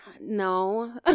no